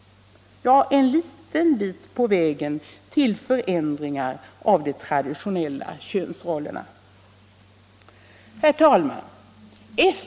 — En liten bit på vägen till förändringar av de traditionella könsrollerna! Herr talman!